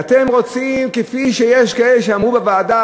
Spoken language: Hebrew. ואתם רוצים כפי שיש כאלה שאמרו בוועדה,